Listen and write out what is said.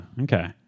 Okay